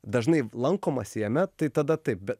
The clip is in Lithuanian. dažnai lankomasi jame tai tada taip be